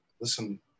listen